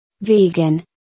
Vegan